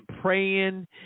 praying